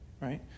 Right